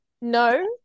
No